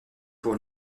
pour